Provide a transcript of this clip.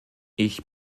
ich